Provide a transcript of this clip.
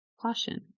caution